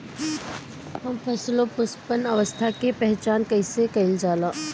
हम फसलों में पुष्पन अवस्था की पहचान कईसे कईल जाला?